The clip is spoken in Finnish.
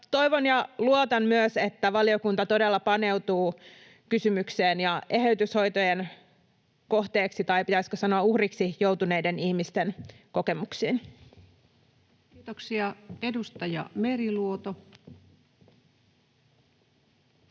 Toivon ja luotan myös, että valiokunta todella paneutuu kysymykseen ja eheytyshoitojen kohteeksi — tai pitäisikö sanoa uhriksi — joutuneiden ihmisten kokemuksiin. Kiitoksia. — Edustaja Meriluoto.